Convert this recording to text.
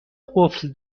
قفل